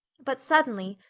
but suddenly,